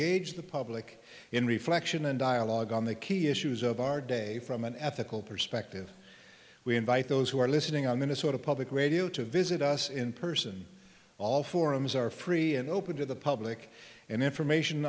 engaged the public in reflection and dialogue on the key issues of our day from an ethical perspective we invite those who are listening on minnesota public radio to visit us in person all forums are free and open to the public and information